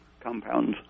compounds